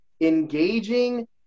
engaging